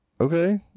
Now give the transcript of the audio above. okay